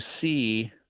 see